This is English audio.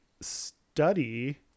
study